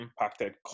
impacted